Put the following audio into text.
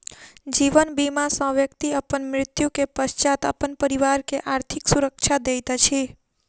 जीवन बीमा सॅ व्यक्ति अपन मृत्यु के पश्चात अपन परिवार के आर्थिक सुरक्षा दैत अछि